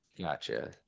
Gotcha